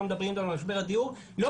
כל הזמן מדברים איתנו על משבר הדיור ולא